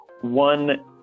One